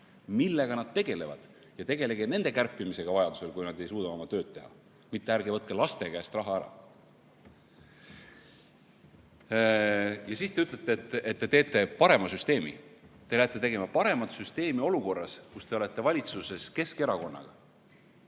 millega nad tegelevad, ja tegelege nende arvu kärpimisega, kui nad ei suuda oma tööd teha, mitte ärge võtke laste käest raha ära. Ja siis te ütlete, et te teete parema süsteemi. Te lähete tegema paremat süsteemi olukorras, kus te olete valitsuses Keskerakonnaga.